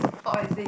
pot